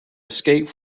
escaped